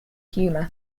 humour